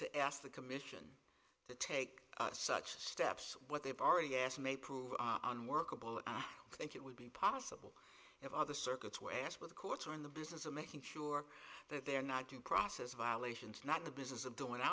to ask the commission to take such steps what they've already asked may prove unworkable and i think it would be possible if other circuits were asked by the courts or in the business of making sure that they're not due process violations not in the business of doing